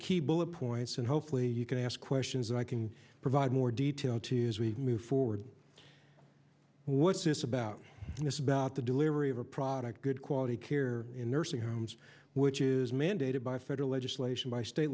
key bullet points and hopefully you can ask questions and i can provide more detail to you as we move forward what's this about and this about the delivery of a product good quality career in nursing homes which is mandated by federal legislation by state